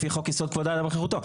לפי חוק יסוד כבוד האדם וחירותו,